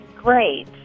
great